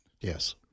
Yes